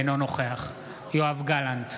אינו נוכח יואב גלנט,